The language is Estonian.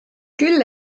küll